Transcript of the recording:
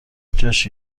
جاش